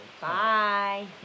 Bye